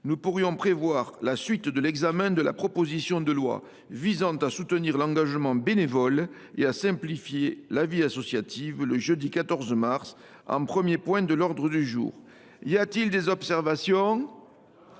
nous pourrions prévoir la suite de l’examen de la proposition de loi visant à soutenir l’engagement bénévole et à simplifier la vie associative le jeudi 14 mars, en premier point de l’ordre du jour. Y a t il des observations ?…